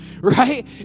right